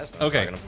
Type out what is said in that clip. Okay